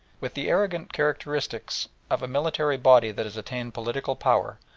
with the arrogance characteristic of a military body that has attained political power,